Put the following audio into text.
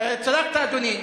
צדקת, אדוני.